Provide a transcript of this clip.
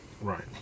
right